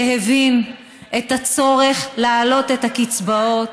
שהבין את הצורך להעלות את הקצבאות,